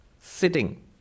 Sitting